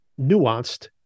nuanced